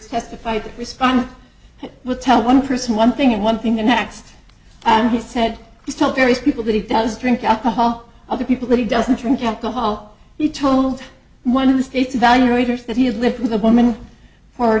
testified to respond will tell one person one thing and one thing the next and he said he's told various people that he does drink alcohol other people that he doesn't drink alcohol he told one of the state's evaluators that he had lived with a woman for